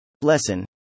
Lesson